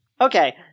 Okay